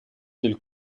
del